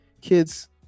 kids